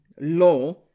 law